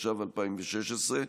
התשע"ו 2016,